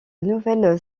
nouvelle